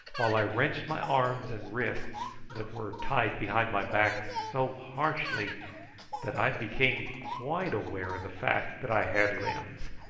while i wrenched my arms and wrists, that were tied behind my back so harshly that i became quite aware of the fact that i had limbs,